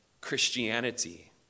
Christianity